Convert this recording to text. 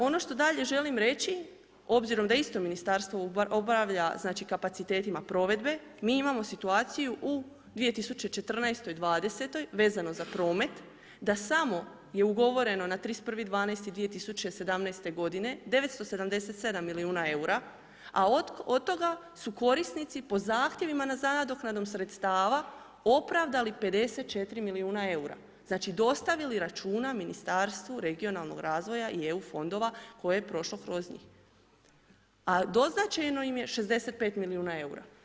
Ono što dalje želim reći obzirom da isto ministarstvo obavlja kapacitetima provedbe, mi imamo situaciju u 2014.-2020. vezano za promet, da samo je ugovoreno na 31. 12. 2017. g., 977 milijuna eura a od toga su korisnici po zahtjevima za nadoknadom sredstava opravdali 54 milijuna eura, znači dostavili računa Ministarstvu regionalnog razvoja i EU fondova koje je prošlo kroz njih a doznačeno im je 65 milijuna eura.